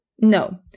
No